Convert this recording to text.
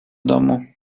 domu